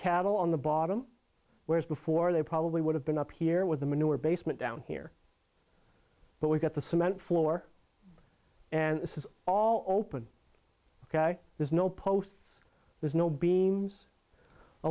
cattle on the bottom whereas before they probably would have been up here with the manure basement down here but we've got the cement floor and it's all open ok there's no post there's no beams a